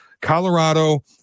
Colorado